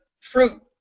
fruit